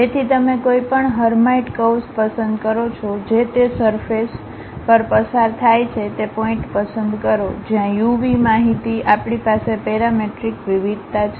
તેથી તમે કોઈપણ હર્માઇટ કર્વ્સ પસંદ કરો છો જે તે સરફેસ પર પસાર થાય છે તે પોઇન્ટપસંદ કરો જ્યાં u v માહિતી આપણી પાસે પેરામેટ્રિક વિવિધતા છે